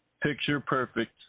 picture-perfect